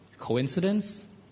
coincidence